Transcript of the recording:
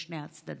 משני הצדדים.